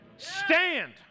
stand